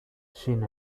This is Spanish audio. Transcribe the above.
sin